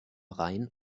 rhein